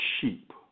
sheep